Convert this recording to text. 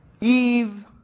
Eve